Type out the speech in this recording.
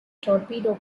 torpedo